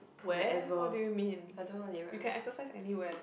where what do you mean you can exercise anywhere